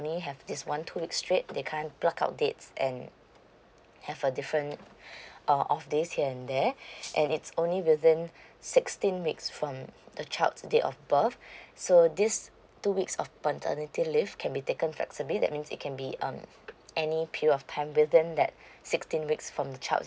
have this one two week straight they can't plug out dates and have a different err off days here and there and it's only within sixteen weeks from um the child's date of birth so these two weeks of paternity leave can be taken flexibly that means it can be um any period of time within that sixteen weeks from the child